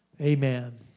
amen